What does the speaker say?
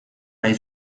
nahi